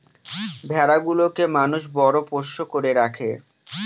ভেড়া গুলোকে মানুষ বড় পোষ্য করে রাখে